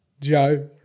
Joe